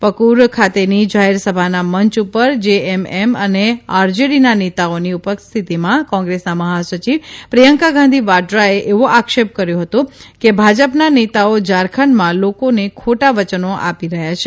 પફ્રર ખાતેની જાહેરસભાના મંચ ઉપર જેએમએમ અને આરજેડીના નેતાઓની ઉપસ્થિતિમાં કોંગ્રેસના મહાસચિવ પ્રિયંકા ગાંધી વાડરાએ એવો આક્ષેપ કર્યો હતો કે ભાજપના નેતાઓ ઝારખંડમાં લોકોને ખોટા વચનો આપી રહ્યા છે